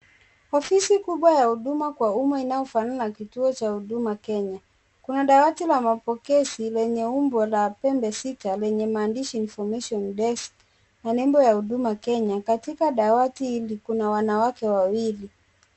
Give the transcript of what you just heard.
Ofisi kubwa ya huduma kwa uma inayofanana na kituo cha huduma Kenya. Kuna dawati la mapokezi lenye umbo la pembe sita lenye maandishi information desk na nembo ya huduma Kenya. Katika dawati hili kuna wanawake wawili .